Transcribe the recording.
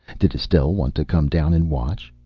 did estelle want to come down and watch?